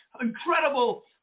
incredible